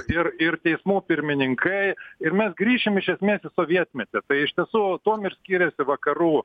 ir ir teismų pirmininkai ir mes grįšim iš esmės į sovietmetį tai iš tiesų tuom ir skiriasi vakarų